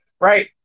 right